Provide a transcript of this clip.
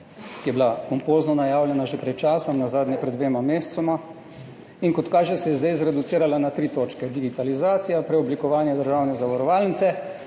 ki je bila pompozno najavljena že pred časom, nazadnje pred dvema mesecema, in kot kaže, se je zdaj zreducirala na tri točke – digitalizacija, preoblikovanje državne zavarovalnice